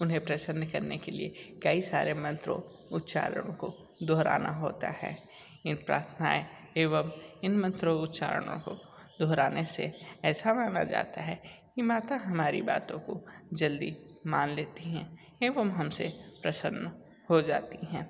उन्हें प्रसन्न करने के लिए कई सारे मंत्रों उच्चारण को दोहराना होता है इन प्रार्थनाएँ एवं इन मंत्रों उच्चारणों को दोहराने से ऐसा माना जाता है की माता हमारी बातों को जल्दी मान लेती हैं एवं हम से प्रसन्न हो जाती हैं